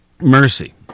mercy